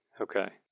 Okay